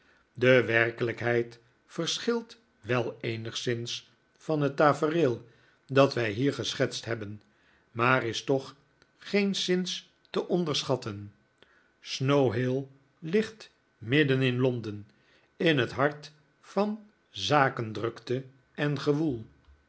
de werkelijkheid verschilt wel eenigszins van het tafereel dat wij hier geschetst hebben maar is toch geenszins te onderschatten snow hill ligt midden in londen in het hart van zakendrukte en gewoel